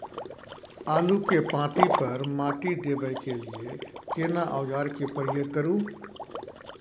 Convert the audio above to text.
आलू के पाँति पर माटी देबै के लिए केना औजार के प्रयोग करू?